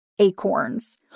Acorns